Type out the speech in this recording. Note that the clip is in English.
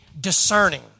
discerning